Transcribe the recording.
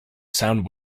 sound